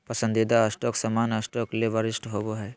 पसंदीदा स्टॉक सामान्य स्टॉक ले वरिष्ठ होबो हइ